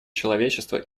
человечества